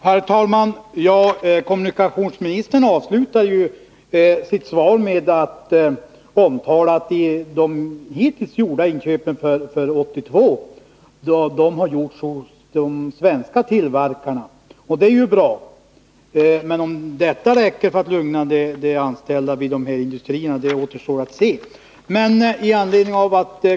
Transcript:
Herr talman! Kommunikationsministern avslutade sitt svar med att tala om att de hittills gjorda inköpen för 1982 har skett från svenska tillverkare — och det är ju bra. Men om detta räcker för att lugna de anställda vid de industrier det här gäller återstår att se.